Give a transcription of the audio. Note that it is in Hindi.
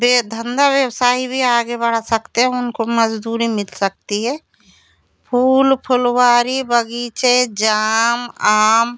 बे धंधा व्यवसाय भी आगे बढ़ा सकते हैं उनको मज़दूरी मिल सकती है फूल फुलवारी बग़ीचे जाम आम